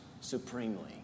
supremely